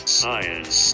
science